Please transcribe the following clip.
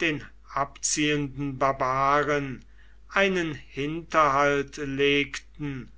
den abziehenden barbaren einen hinterhalt legten